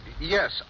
Yes